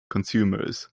consumers